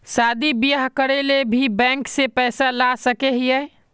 शादी बियाह करे ले भी बैंक से पैसा ला सके हिये?